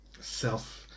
self